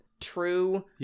true